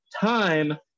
Time